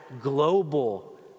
global